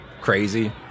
crazy